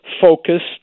focused